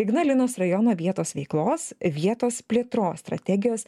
ignalinos rajono vietos veiklos vietos plėtros strategijos